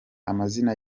amazina